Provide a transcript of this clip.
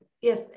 Yes